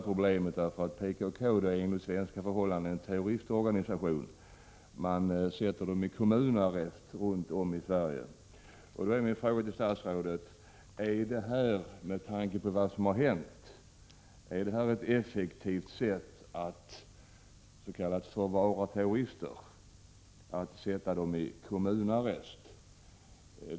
Vi har sett hur man försöker lösa problemet genom att PKK-medlemmar sätts i kommunarrest runt om i landet. Min fråga till statsrådet är: Är det, med tanke på vad som hänt, ett effektivt sätt att ”förvara” terrorister att sätta dem i kommunarrest?